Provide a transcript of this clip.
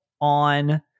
on